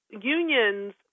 unions